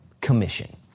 commission